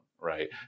right